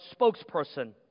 spokesperson